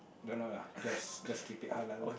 don't know lah just just keep it halal